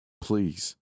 Please